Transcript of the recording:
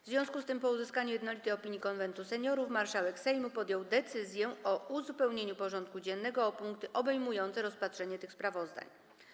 W związku z tym, po uzyskaniu jednolitej opinii Konwentu Seniorów, marszałek Sejmu podjął decyzję o uzupełnieniu porządku dziennego o punkty obejmujące rozpatrzenie tych sprawozdań.